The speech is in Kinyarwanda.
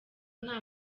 nta